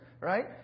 right